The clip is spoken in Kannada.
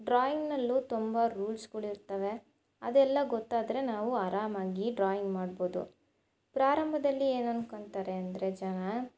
ಡ್ರಾಯಿಂಗಿನಲ್ಲೂ ತುಂಬ ರೂಲ್ಸ್ಗಳಿರ್ತವೆ ಅದೆಲ್ಲ ಗೊತ್ತಾದರೆ ನಾವು ಆರಾಮಾಗಿ ಡ್ರಾಯಿಂಗ್ ಮಾಡ್ಬೋದು ಪ್ರಾರಂಭದಲ್ಲಿ ಏನು ಅಂದ್ಕೋತಾರೆ ಅಂದರೆ ಜನ